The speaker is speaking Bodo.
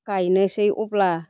गायनोसै अब्ला